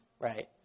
Right